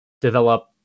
develop